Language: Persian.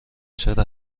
چرا